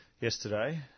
Yesterday